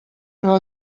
però